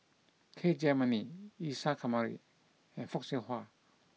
K Jayamani Isa Kamari and Fock Siew Wah